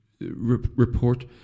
report